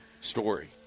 Story